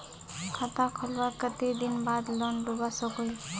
खाता खोलवार कते दिन बाद लोन लुबा सकोहो ही?